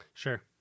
Sure